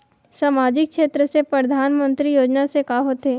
सामजिक क्षेत्र से परधानमंतरी योजना से का होथे?